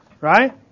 Right